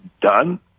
done